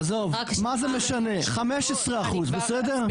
15% עזוב, מה זה משנה 15% בסדר?